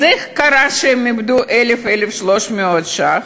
אז איך קרה שהם איבדו 1,000 1,300 ש"ח?